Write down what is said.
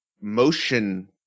motion